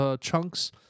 chunks